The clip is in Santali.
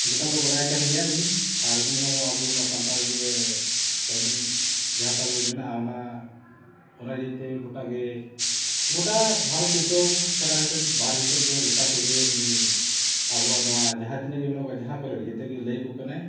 ᱜᱚᱴᱟ ᱠᱚ ᱵᱟᱰᱟᱭ ᱠᱟᱱ ᱜᱮᱭᱟ ᱩᱱᱤ ᱟᱨ ᱩᱱᱤ ᱦᱚᱸ ᱟᱵᱚ ᱱᱚᱣᱟ ᱥᱟᱱᱛᱟᱲ ᱤᱭᱟᱹ ᱠᱟᱹᱱᱩᱱ ᱡᱟᱦᱟᱸ ᱛᱟᱵᱚᱱ ᱢᱮᱱᱟᱜᱼᱟ ᱚᱱᱟ ᱚᱱᱟ ᱤᱫᱤ ᱛᱮ ᱜᱚᱴᱟ ᱜᱮ ᱜᱚᱴᱟ ᱵᱷᱟᱨᱚᱛ ᱫᱤᱥᱚᱢ ᱪᱷᱟᱰᱟ ᱠᱟᱛᱮᱫ ᱵᱟᱦᱨᱮ ᱫᱤᱥᱚᱢ ᱠᱚ ᱜᱚᱴᱟ ᱠᱚᱜᱮ ᱩᱱᱤ ᱟᱵᱚᱣᱟᱜ ᱱᱚᱣᱟ ᱡᱟᱦᱟᱸ ᱛᱤᱱᱟᱹᱜ ᱜᱮ ᱢᱮᱱᱟᱜ ᱠᱚᱣᱟ ᱡᱟᱦᱟᱸ ᱠᱚᱨᱮ ᱜᱮ ᱡᱷᱚᱛᱚ ᱜᱮ ᱞᱟᱹᱭᱟ ᱠᱚ ᱠᱟᱱᱟᱭ